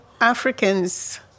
Africans